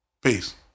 peace